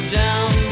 down